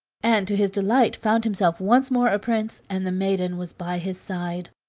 and to his delight found himself once more a prince, and the maiden was by his side.